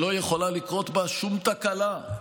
שלא יכולה לקרות בה שום תקלה,